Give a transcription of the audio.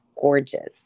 gorgeous